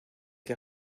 que